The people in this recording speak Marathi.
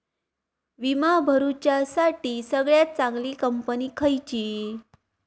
विमा भरुच्यासाठी सगळयात चागंली कंपनी खयची?